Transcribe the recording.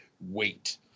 wait